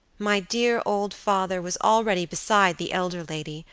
my dear old father was already beside the elder lady,